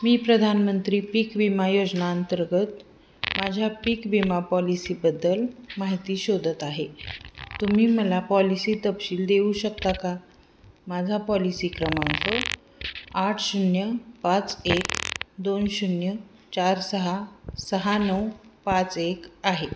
मी प्रधानमंत्री पीक विमा योजनेअंतर्गत माझ्या पीक विमा पॉलिसीबद्दल माहिती शोधत आहे तुम्ही मला पॉलिसी तपशील देऊ शकता का माझा पॉलिसी क्रमांक आठ शून्य पाच एक दोन शून्य चार सहा सहा नऊ पाच एक आहे